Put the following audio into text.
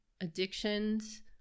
Addictions